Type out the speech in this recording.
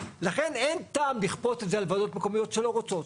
לכן אין טעם לכפות את זה על ועדות מקומיות שלא רוצות.